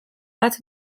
bat